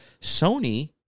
Sony